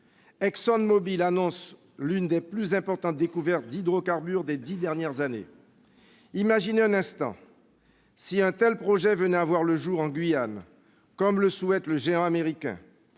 ExxonMobil annonce l'une des plus importantes découvertes d'hydrocarbures des dix dernières années. Imaginez un instant : si un tel projet venait à voir le jour en Guyane, comme le souhaite le géant américain,